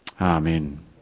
Amen